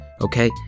Okay